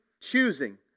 choosing